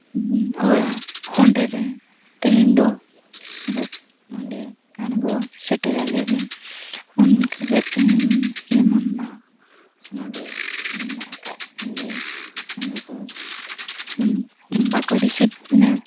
ᱚᱲᱟᱜ ᱚᱸᱰᱮ ᱡᱮ ᱛᱮᱦᱮᱧ ᱫᱚ ᱚᱸᱰᱮ ᱟᱬᱜᱚ ᱥᱮᱴᱮᱨ ᱟᱞᱮᱵᱤᱱ ᱚᱱᱠᱟ ᱜᱮ ᱛᱮᱦᱮᱧ ᱡᱮᱢᱚᱱ ᱢᱟ ᱱᱚᱰᱮ ᱢᱮᱱᱟᱜ ᱟᱠᱟᱫ ᱞᱮ ᱚᱸᱰᱮ ᱫᱚ ᱵᱟᱠᱚ ᱨᱤᱥᱤᱵᱷ ᱮᱱᱟ